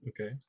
Okay